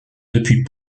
depuis